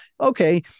okay